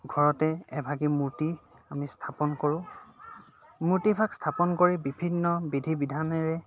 ঘৰতে এভাগি মূৰ্তি আমি স্থাপন কৰোঁ মূৰ্তিভাগ স্থাপন কৰি বিভিন্ন বিধি বিধানেৰে